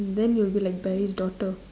then you'll be like Barry's daughter